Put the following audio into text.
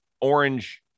orange